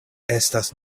estas